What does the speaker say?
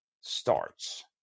starts